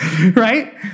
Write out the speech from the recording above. Right